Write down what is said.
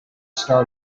star